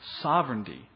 sovereignty